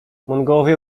mongołowie